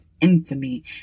infamy